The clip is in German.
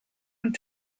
und